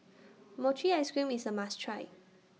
Mochi Ice Cream IS A must Try